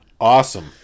Awesome